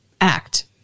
act